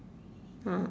ah